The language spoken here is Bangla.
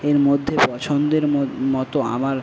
এর মধ্যে পছন্দের মো মতো আমার